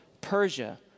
Persia